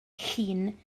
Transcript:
llun